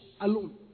alone